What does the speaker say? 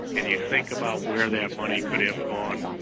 and you think about where that money could have gone